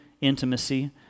intimacy